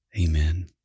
Amen